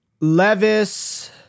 Levis